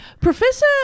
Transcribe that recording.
Professor